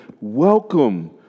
welcome